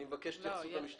אני מבקש את התייחסות המשטרה.